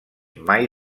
mai